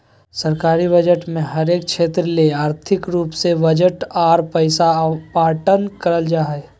सरकारी बजट मे हरेक क्षेत्र ले आर्थिक रूप से बजट आर पैसा आवंटन करल जा हय